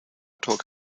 talk